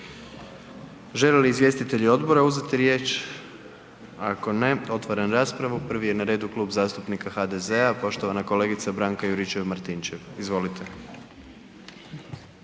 Žele li izvjestitelji odbora uzeti riječ? Ako ne, otvaram raspravu. Prvi je na redu Klub zastupnika HDZ-a i poštovana kolegica Branka Juričev-Martinčev. Izvolite.